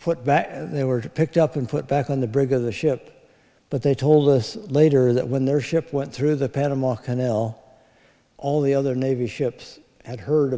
put back they were picked up and put back on the bridge of the ship but they told us later that when their ship went through the panama canal all the other navy ships had heard